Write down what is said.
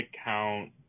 account